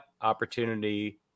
opportunity